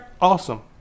awesome